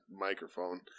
microphone